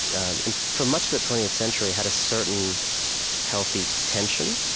um and for much of the twentieth century, had a certain healthy tension.